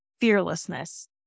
fearlessness